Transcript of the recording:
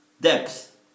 depth